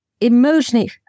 emotionally